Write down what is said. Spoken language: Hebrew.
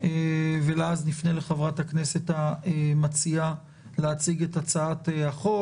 ואז נפנה לחברת הכנסת המציעה להציג את הצעת החוק.